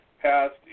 passed